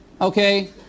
okay